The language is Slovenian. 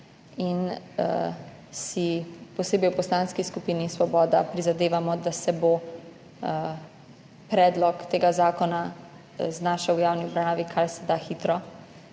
in si posebej v Poslanski skupini Svoboda prizadevamo, da se bo predlog tega zakona znašel v javni obravnavi karseda hitro.